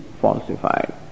falsified